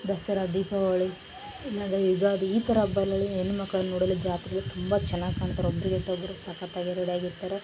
ದಸರಾ ದೀಪಾವಳಿ ಆಮೆಗೆ ಯುಗಾದಿ ಈ ಥರ ಹಬ್ಬಳಲ್ಲಿ ಹೆಣ್ಮಕ್ಳು ನೋಡಲು ಜಾತ್ರೆ ತುಂಬ ಚೆನ್ನಾಗ್ ಕಾಣ್ತಾರೆ ಒಬ್ಬರಿಗಿಂತ ಒಬ್ರು ಸಕತ್ತಾಗ್ ರೆಡಿ ಆಗಿರ್ತಾರೆ